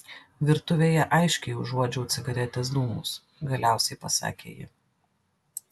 virtuvėje aiškiai užuodžiau cigaretės dūmus galiausiai pasakė ji